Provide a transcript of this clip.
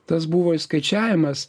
tas buvo išskaičiavimas